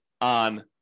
on